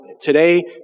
today